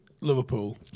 Liverpool